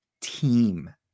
team